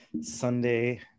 sunday